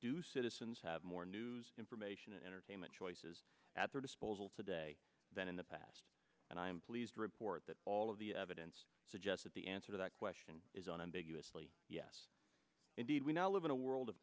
do citizens have more news information and entertainment choices at their disposal today than in the past and i am pleased to report that all of the evidence suggests that the answer to that question is on ambiguously yes indeed we now live in a world of